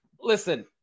listen